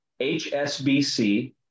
HSBC